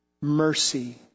mercy